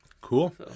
Cool